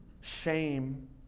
shame